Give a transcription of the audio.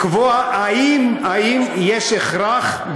לקבוע האם יש הכרח,